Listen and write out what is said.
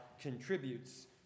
contributes